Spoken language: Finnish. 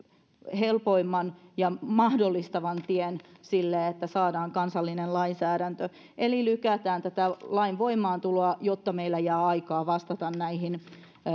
helpoimman ja mahdollistavan tien sille että saadaan kansallinen lainsäädäntö eli lykätään tätä lain voimaantuloa jotta meillä jää aikaa vastata näihin